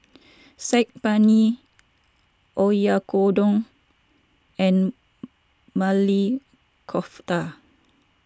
Saag Paneer Oyakodon and Maili Kofta